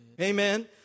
Amen